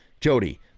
Jody